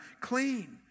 clean